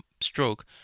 stroke